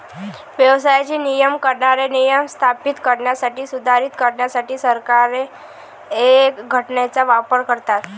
व्यवसायाचे नियमन करणारे नियम स्थापित करण्यासाठी, सुधारित करण्यासाठी सरकारे संघटनेचा वापर करतात